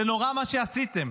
זה נורא מה שעשיתם.